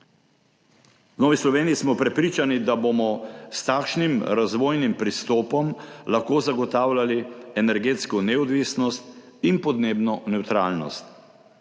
V Novi Sloveniji smo prepričani, da bomo s takšnim razvojnim pristopom lahko zagotavljali energetsko neodvisnost in podnebno nevtralnost.